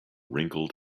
wrinkled